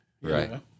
Right